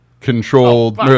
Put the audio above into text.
Controlled